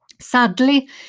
Sadly